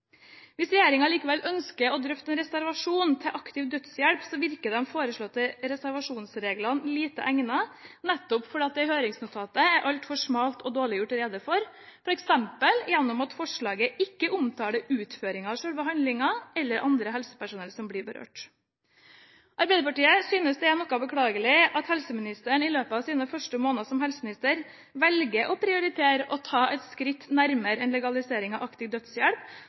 Hvis regjeringen likevel ønsker å drøfte reservasjon mot aktiv dødshjelp, virker de foreslåtte reservasjonsreglene lite egnet nettopp fordi det i høringsnotatet er altfor smalt og dårlig gjort rede for, f.eks. gjennom at forslaget ikke omtaler utføringen av selve handlingen eller andre helsepersonell som blir berørt. Arbeiderpartiet synes det er noe beklagelig at ministeren i løpet av sine første måneder som helseminister velger å prioritere å ta et skritt nærmere en legalisering av aktiv dødshjelp